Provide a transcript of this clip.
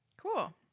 Cool